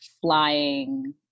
flying